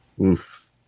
Oof